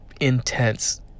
intense